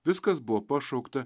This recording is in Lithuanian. viskas buvo pašaukta